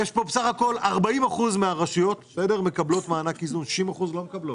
בסך הכול 40 אחוזים מהרשויות מקבלות מענק איזון ו-60 אחוזים לא מקבלות.